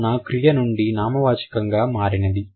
కావున క్రియ నుండి నామవాచకంగా మారినది